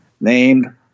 named